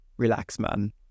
Relaxman